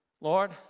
Lord